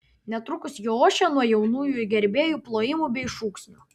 netrukus ji ošė nuo jaunųjų gerbėjų plojimų bei šūksnių